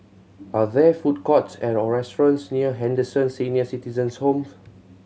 are there food courts or restaurants near Henderson Senior Citizens' Home